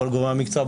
כל גורמי המקצוע.